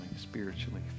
spiritually